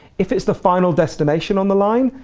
if it's the final destination on the line,